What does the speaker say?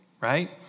right